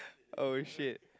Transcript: oh shit